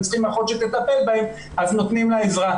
צריכים אחות שתטפל בה אז נותנים לה עזרה.